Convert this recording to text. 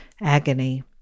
agony